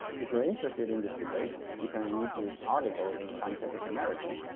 if you're interested in this debate, you can read this article in scientific american